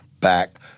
back